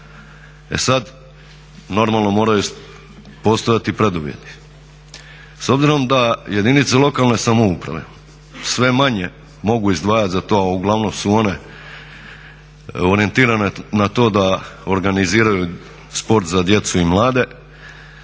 E sad, normalno moraju postojati preduvjeti. S obzirom da jedinice lokalne samouprave sve manje mogu izdvajati za to, a uglavnom su one orijentirane na to da organiziraju sport za djecu i mlade.